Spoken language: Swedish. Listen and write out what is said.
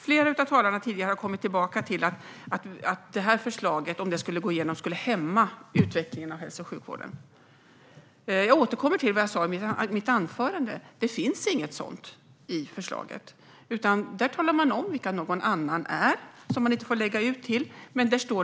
Flera av de tidigare talarna har kommit tillbaka till att förslaget, om det skulle gå igenom, skulle hämma utvecklingen inom hälso och sjukvården. Jag återkommer till det jag sa i mitt anförande: Det finns inget sådant i förslaget. I förslaget talas det om vilka "någon annan" är, och som man inte får lägga ut verksamheten till.